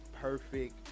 perfect